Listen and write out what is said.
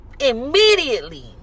immediately